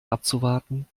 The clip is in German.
abzuwarten